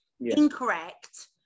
incorrect